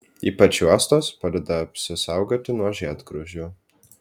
ypač juostos padeda apsisaugoti nuo žiedgraužių